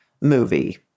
movie